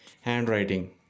handwriting